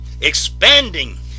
expanding